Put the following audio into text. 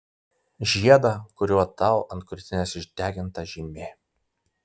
žiedą kuriuo tau ant krūtinės išdeginta žymė